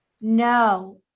No